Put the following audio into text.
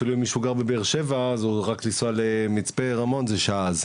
אפילו אם מישהו גר בבאר שבע אז רק לנסוע למצפה רמון זה שעה.